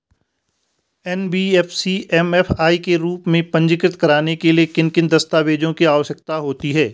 NBFC MFI के रूप में पंजीकृत कराने के लिए किन किन दस्तावेज़ों की आवश्यकता होती है?